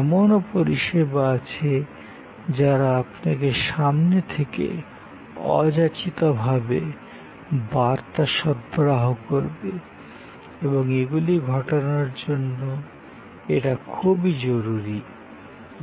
এমনও পরিষেবা আছে যারা আপনাকে সামনে থেকে অযাচিত ভাবে বার্তা সরবরাহ করবে এবং এগুলি ঘটানোর জন্য এটা খুবই জরুরি